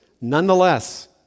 nonetheless